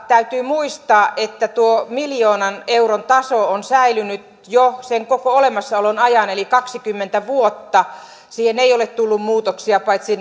täytyy muistaa että tuo miljoonan euron taso on säilynyt jo sen koko olemassaolon ajan eli kaksikymmentä vuotta siihen ei ole tullut muutoksia paitsi